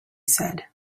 said